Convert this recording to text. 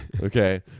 Okay